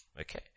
Okay